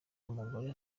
umugore